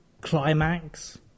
climax